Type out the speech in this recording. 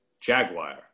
Jaguar